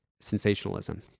sensationalism